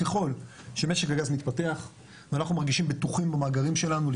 ככל שמשק הגז מתפתח ואנחנו מרגישים בטוחים במאגרים שלנו,